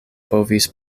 povis